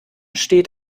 steht